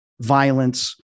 violence